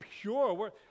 pure